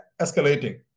escalating